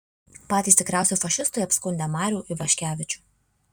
patys tikriausi fašistai apskundę marių ivaškevičių